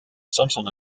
samson